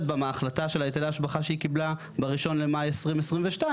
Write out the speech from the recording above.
בה מההחלטה של היטל ההשבחה שהיא קיבלה בראשון במאי 2022,